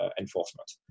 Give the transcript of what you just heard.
enforcement